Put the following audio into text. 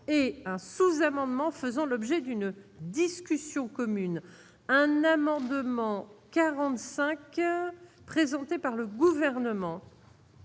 et un sous-amendement faisant l'objet d'une discussion commune un amendement 45 présenté par le gouvernement.